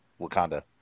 Wakanda